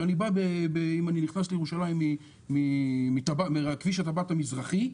כשאני נכנס לירושלים מכביש הטבעת המזרחי,